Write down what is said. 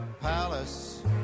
palace